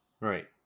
Right